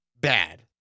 bad